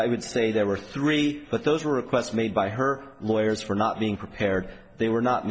i would say there were three but those were requests made by her lawyers for not being prepared they were not